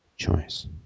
Choice